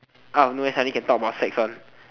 out of nowhere suddenly can talk about sex one